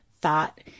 thought